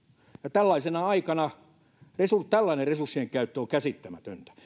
tällaisena aikana tällainen resurssien käyttö on käsittämätöntä